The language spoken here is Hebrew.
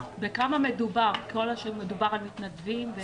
כשמדובר על מתנדבים.